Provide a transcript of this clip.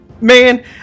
man